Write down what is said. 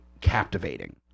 captivating